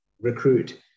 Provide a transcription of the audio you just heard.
recruit